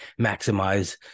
maximize